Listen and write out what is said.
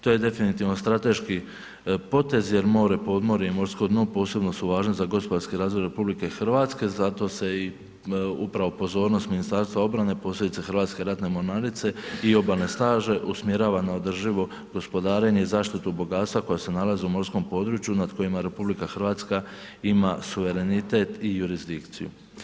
To je definitivno strateški potez, jer more, podmorje i morsko dno posebno važni za gospodarski razvoj RH zato se i upravo pozornost Ministarstva obrane, posebice Hrvatske ratne mornarice i obalne staže usmjerava na održivo gospodarenje i zaštitu bogatstva koja se nalaze u morskom području nad kojima RH ima suverenitet i jurisdikciju.